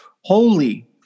holy